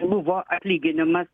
buvo atlyginimas